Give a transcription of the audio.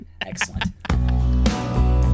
Excellent